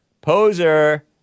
Poser